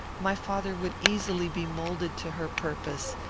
my father would easily be moulded to her purpose,